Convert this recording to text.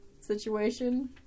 situation